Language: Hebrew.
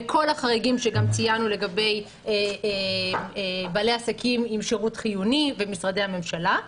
וכל החריגים שגם ציינו לגבי בעלי העסקים עם שירות חיוני ומשרדי הממשלה.